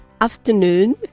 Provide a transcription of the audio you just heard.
afternoon